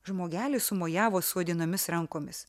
žmogelis sumojavo suodinomis rankomis